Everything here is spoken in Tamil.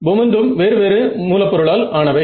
ஒவ்வொன்றும் வேறு வேறு மூலப் பொருளால் ஆனவை